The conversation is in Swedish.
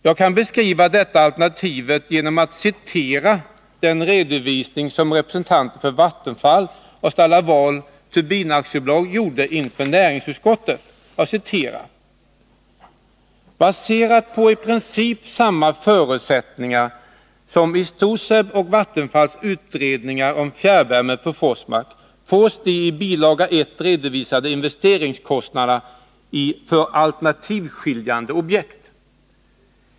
Jag kan beskriva detta alternativ genom att citera den redovisning som representanter för Vattenfall och Stal-Laval Turbin AB gjorde inför näringsutskottet: ”Baserat på i princip samma förutsättningar som i STOSEB — Vattenfalls utredning om fjärrvärme från Forsmark fås de i bilaga 1 redovisade investeringskostnaderna för alternativskiljande objekt.